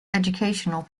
educational